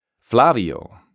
Flavio